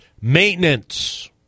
maintenance